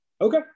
Okay